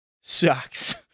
sucks